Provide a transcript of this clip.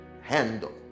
handle